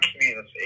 community